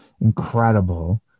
incredible